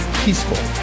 peaceful